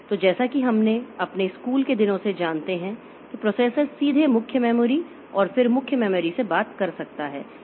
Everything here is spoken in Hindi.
तो जैसा कि हम अपने स्कूल के दिनों से जानते हैं कि प्रोसेसर सीधे मुख्य मेमोरी और फिर मुख्य मेमोरी से बात कर सकता है